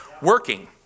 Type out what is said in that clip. working